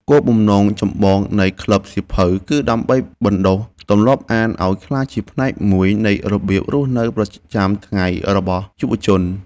គោលបំណងចម្បងនៃក្លឹបសៀវភៅគឺដើម្បីបណ្តុះទម្លាប់អានឱ្យក្លាយជាផ្នែកមួយនៃរបៀបរស់នៅប្រចាំថ្ងៃរបស់យុវជន។